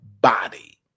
body